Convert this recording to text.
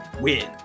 win